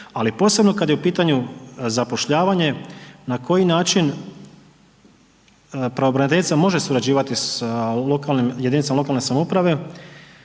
ali posebno kad je u pitanju zapošljavanje na koji način pravobraniteljica može surađivati sa lokalnim, jedinicama lokalne samouprave